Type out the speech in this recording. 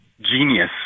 genius